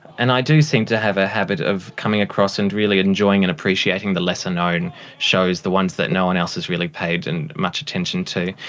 and i do seem to have a habit of coming across and really enjoying and appreciating the lesser-known shows, the ones that no one else has really paid and much attention to.